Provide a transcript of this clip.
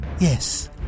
Yes